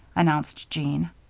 announced jean.